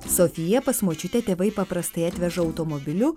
sofiją pas močiutę tėvai paprastai atveža automobiliu